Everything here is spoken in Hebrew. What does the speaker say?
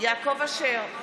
יעקב אשר,